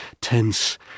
tense